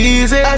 Easy